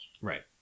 Right